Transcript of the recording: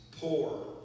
poor